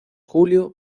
julio